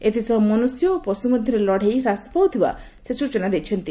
ଏଥିସହ ମନୁଷ୍ୟ ଓ ପଶୁ ମଧ୍ୟରେ ଲଢ଼େଇ ହ୍ରାସ ପାଉଥିବା ସେ ସ୍ଚଚନା ଦେଇଛନ୍ତି